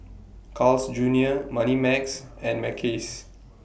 Carl's Junior Moneymax and Mackays